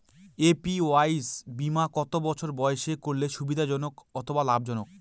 APY বীমা কত বছর বয়সে করলে সুবিধা জনক অথবা লাভজনক?